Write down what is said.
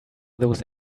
those